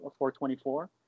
424